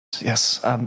yes